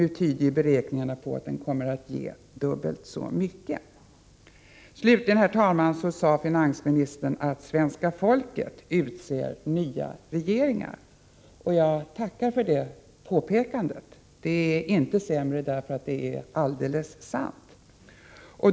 Nu tyder beräkningarna på att den kommer att ge dubbelt så mycket. Slutligen, herr talman, sade finansministern att svenska folket utser nya regeringar. Jag tackar för det påpekandet. Det är inte sämre därför att det är alldeles sant.